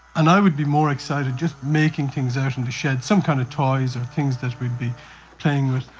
and i would be more excited just making things out in the shed, some kind of toys and things that we'd be playing with.